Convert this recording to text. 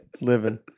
living